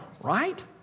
right